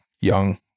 young